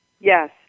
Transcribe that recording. yes